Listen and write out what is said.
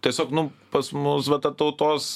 tiesiog nu pas mus va ta tautos